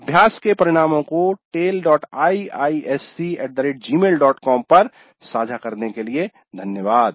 अभ्यास के परिणाम को taleiisctagmailcom पर साझा करने के लिए धन्यवाद